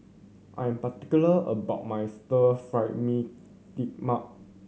I am particular about my Stir Fry mee mak